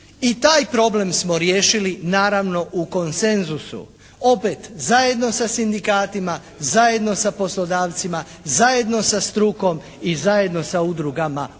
I taj problem smo riješili naravno u konsenzusu opet zajedno sa sindikatima, zajedno sa poslodavcima, zajedno sa strukom i zajedno sa udrugom